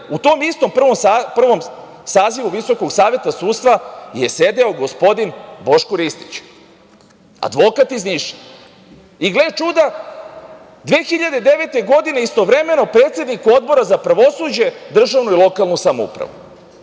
u tom istom prvom sazivu VSS, je sedeo gospodin Boško Ristić, advokat iz Niša. Gle čuda, 2009. godine istovremeno predsednik Odbora za pravosuđe, državnu i lokalnu samoupravu.I